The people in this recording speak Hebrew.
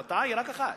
ההרתעה היא רק אחת.